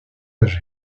âgé